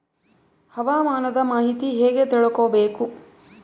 ಹವಾಮಾನದ ಮಾಹಿತಿ ಹೇಗೆ ತಿಳಕೊಬೇಕು?